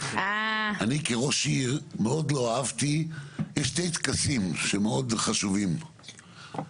יש שני טקסים שמאוד חשובים,